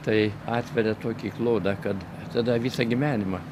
tai atveria tokį klodą kad tada visą gyvenimą